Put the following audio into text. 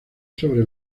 sobre